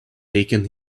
taken